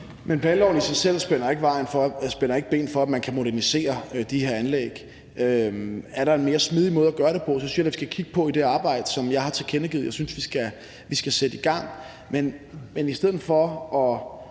Men planloven i sig selv spænder ikke ben for, at man kan modernisere de her anlæg. Er der en mere smidig måde at gøre det på? Det synes jeg da vi skal kigge på i det arbejde, som jeg har tilkendegivet, at jeg synes, vi skal sætte i gang. Men i stedet for at